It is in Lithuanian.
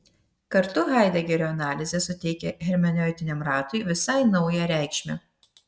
kartu haidegerio analizė suteikia hermeneutiniam ratui visai naują reikšmę